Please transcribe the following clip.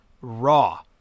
Raw